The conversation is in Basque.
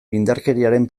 indarkeriaren